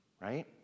right